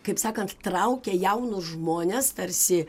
kaip sakant traukia jaunus žmones tarsi